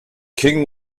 king